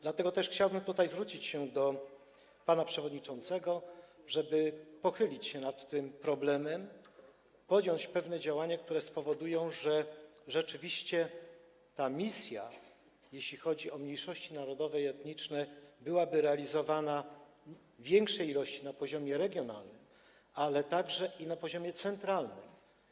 Dlatego też chciałabym tutaj zwrócić się do pana przewodniczącego o to, żeby pochylić się nad tym problemem, podjąć pewne działania, które spowodują, że rzeczywiście ta misja, jeśli chodzi o mniejszości narodowe i etniczne, będzie realizowania w większym wymiarze na poziomie regionalnym, ale także na poziomie centralnym.